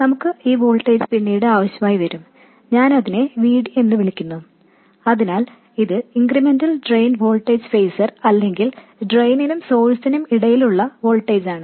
നമുക്ക് ഈ വോൾട്ടേജ് പിന്നീട് ആവശ്യമായി വരും ഞാൻ അതിനെ V D എന്നു വിളിക്കുന്നു അതിനാൽ ഇത് ഇൻക്രിമെന്റൽ ഡ്രെയിൻ വോൾട്ടേജ് ഫേസർ അല്ലെങ്കിൽ ഡ്രെയിനും സോഴ്സിനും ഇടയിലുള്ള വോൾട്ടേജാണ്